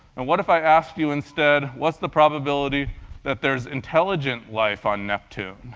and what if i asked you instead, what's the probability that there's intelligent life on neptune?